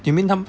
you mean 他们